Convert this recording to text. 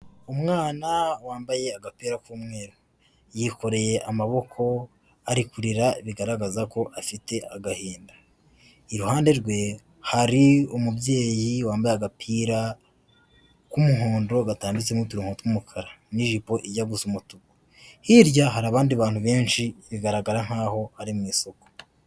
Umwana wambaye agapira k'umweru yikorereye amaboko ari kurira bigaragaza ko afite agahinda. Iruhande rwe hari umubyeyi wambaye agapira k'umuhondo gatambitsemo uturongo tw'umukara n'ijipo ijya umutuku. Hirya hari abandi bantu benshi bigaragara nk'aho ari mu isoko.